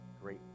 great